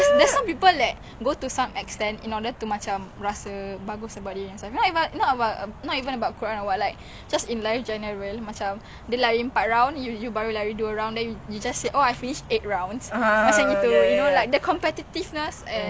how you act on it also apa dia buat pasal tu dia dia yang vlogging vlogging tu kan okay